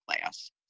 class